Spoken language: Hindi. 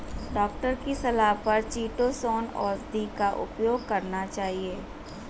डॉक्टर की सलाह पर चीटोसोंन औषधि का उपयोग करना चाहिए